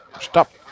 Stop